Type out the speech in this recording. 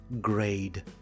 grade